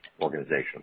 organization